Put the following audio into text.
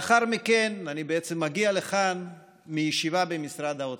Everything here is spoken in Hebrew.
לאחר מכן, אני בעצם מגיע לכאן מישיבה במשרד האוצר.